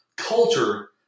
culture